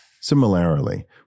Similarly